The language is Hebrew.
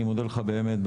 אני מודה לך באמת,